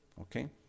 Okay